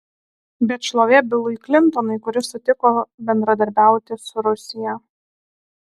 bet šlovė bilui klintonui kuris sutiko bendradarbiauti su rusija